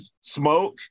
smoke